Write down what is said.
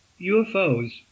UFOs